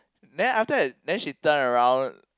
then after and then she turn around